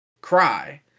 cry